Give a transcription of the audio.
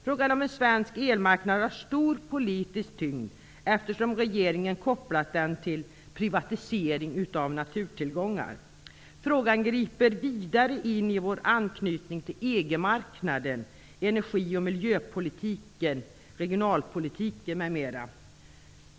Frågan om en svensk elmarknad har stor politisk tyngd eftersom regeringen kopplat den till privatisering av naturtillgångar. Frågan griper vidare in i vår anknytning till EG-marknaden, energi och miljöpolitiken, regionalpolitiken, m.m.